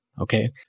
okay